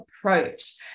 approach